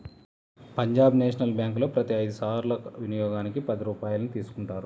Punjab national బ్యేంకులో ప్రతి ఐదు సార్ల వినియోగానికి పది రూపాయల్ని తీసుకుంటారు